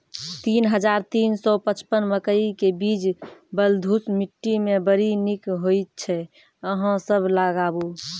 तीन हज़ार तीन सौ पचपन मकई के बीज बलधुस मिट्टी मे बड़ी निक होई छै अहाँ सब लगाबु?